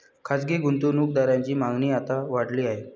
खासगी गुंतवणूक दारांची मागणी आता वाढली आहे